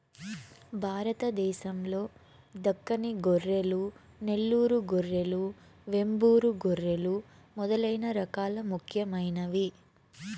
భారతదేశం లో దక్కని గొర్రెలు, నెల్లూరు గొర్రెలు, వెంబూరు గొర్రెలు మొదలైన రకాలు ముఖ్యమైనవి